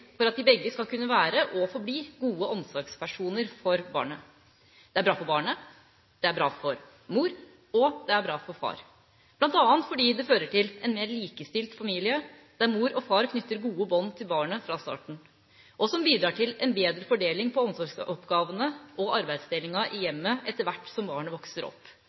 for at de begge skal kunne være og forbli gode omsorgspersoner for barnet. Det er bra for barnet, det er bra for mor, og det er bra for far, bl.a. fordi det fører til en mer likestilt familie der mor og far knytter gode bånd til barnet fra starten, og bidrar til en bedre fordeling av omsorgsoppgavene og arbeidsdelingen i hjemmet etter hvert som barnet vokser opp.